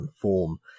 form